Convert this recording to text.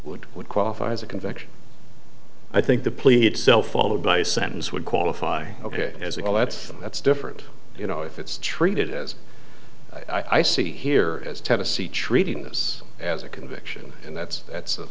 would would qualify as a conviction i think the plea itself followed by a sentence would qualify ok as well that's that's different you know if it's treated as i see here as tennessee treating this as a conviction and that's that's a